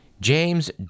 James